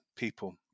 People